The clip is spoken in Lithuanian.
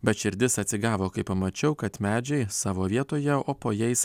bet širdis atsigavo kai pamačiau kad medžiai savo vietoje o po jais